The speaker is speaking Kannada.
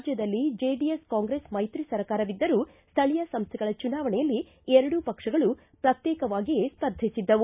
ರಾಜ್ಯದಲ್ಲಿ ಜೆಡಿಎಸ್ ಕಾಂಗ್ರೆಸ್ ಮೈತ್ರಿ ಸರ್ಕಾರವಿದ್ದರೂ ಸ್ವಳೀಯ ಸಂಸ್ಥೆಗಳ ಚುನಾವಣೆಯಲ್ಲಿ ಎರಡೂ ಪಕ್ಷಗಳು ಪ್ರತ್ಯೇಕವಾಗಿಯೇ ಸ್ಪರ್ಧಿಸಿದ್ದವು